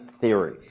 theory